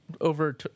over